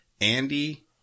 Andy